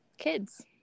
kids